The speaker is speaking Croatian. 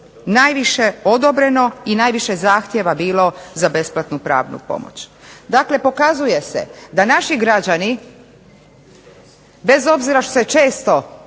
najviše odobreno i najviše zahtjeva bilo za besplatnu pravnu pomoć. Dakle pokazuje se da naši građani bez obzira što se često